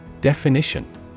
Definition